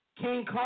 King